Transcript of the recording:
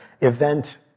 event